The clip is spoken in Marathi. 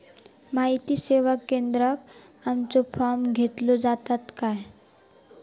माहिती सेवा केंद्रात आमचे फॉर्म घेतले जातात काय?